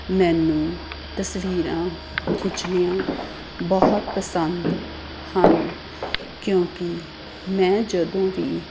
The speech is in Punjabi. ਮੈਨੂੰ ਤਸਵੀਰਾਂ ਖਿੱਚਣੀਆਂ ਬਹੁਤ ਪਸੰਦ ਹਨ ਕਿਉਂਕਿ ਮੈਂ ਜਦੋਂ ਵੀ